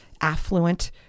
affluent